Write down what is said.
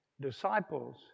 disciples